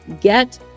get